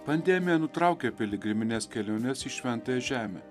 pandemija nutraukė piligrimines keliones į šventąją žemę